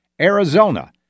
arizona